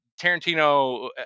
Tarantino